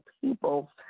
people